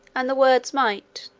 and the words might,